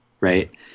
right